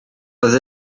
oedd